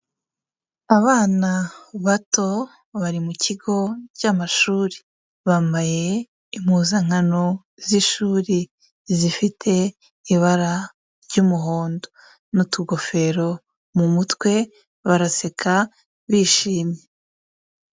Abana bato bari mu kigo cy'amashuri, bambaye impuzankano z'ishuri zifite ibara ry'umuhondo n'utugofero mu mutwe, baraseka bishimye.